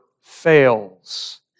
fails